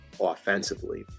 offensively